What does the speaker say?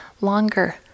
longer